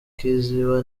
kiziba